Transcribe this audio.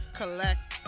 collect